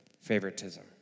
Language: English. favoritism